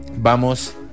vamos